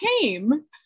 came